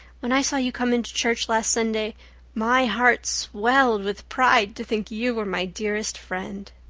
when i saw you come into church last sunday my heart swelled with pride to think you were my dearest friend.